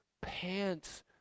pants